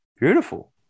beautiful